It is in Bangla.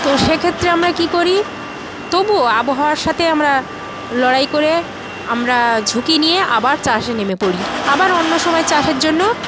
তো সেক্ষেত্রে আমরা কী করি তবুও আবহাওয়ার সাথে আমরা লড়াই করে আমরা ঝুঁকি নিয়ে আবার চাষে নেমে পড়ি আবার অন্য সময়ে চাষের জন্য